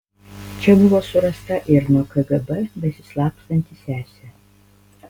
čia buvo surasta ir nuo kgb besislapstanti sesė